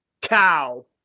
cow